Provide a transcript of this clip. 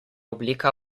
oblika